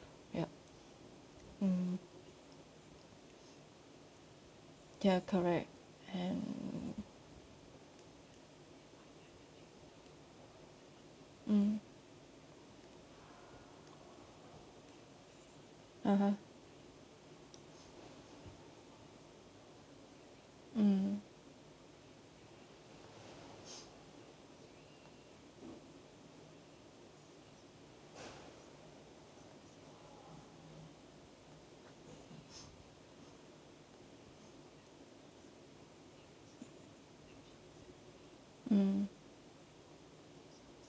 up mm ya correct and mm uh !huh! mm mm